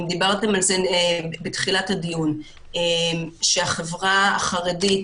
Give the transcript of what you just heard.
אם דיברתם בתחילת הדיון על כך שהחברה החרדית,